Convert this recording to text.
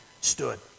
stood